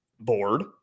board